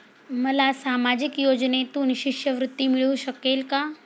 मला सामाजिक योजनेतून शिष्यवृत्ती मिळू शकेल का?